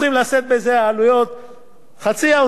חצי האוצר חצי משרד הביטחון.